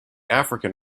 african